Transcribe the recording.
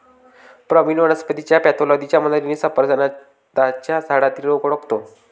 प्रवीण वनस्पतीच्या पॅथॉलॉजीच्या मदतीने सफरचंदाच्या झाडातील रोग ओळखतो